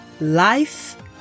life